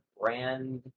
brand